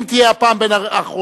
אם היא תהיה הפעם בין האחרונות,